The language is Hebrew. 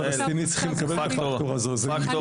הרשות הפלסטינית צריכה לקבל את הפקטור הזה.